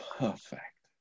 perfect